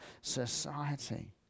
society